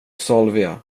salvia